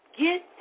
get